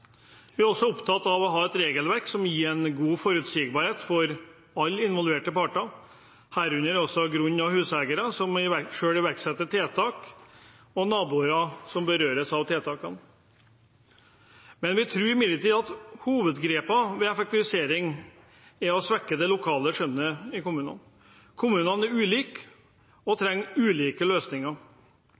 Vi er også opptatt av å ha et regelverk som gir en god forutsigbarhet for alle involverte parter, herunder grunn- og huseiere, som selv iverksetter tiltak, og naboer som berøres av tiltakene. Vi tror imidlertid at hovedgrepet ved effektivisering er å svekke det lokale skjønnet i kommunene. Kommunene er ulike og trenger ulike løsninger.